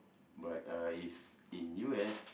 but uh if in U_S